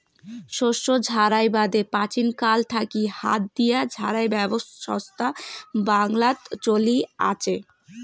শস্য ঝাড়াই বাদে প্রাচীনকাল থাকি হাত দিয়া ঝাড়াই ব্যবছস্থা বাংলাত চলি আচে